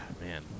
man